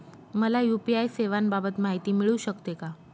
मला यू.पी.आय सेवांबाबत माहिती मिळू शकते का?